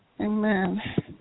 Amen